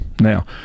Now